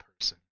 person